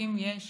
כשלעסקים יש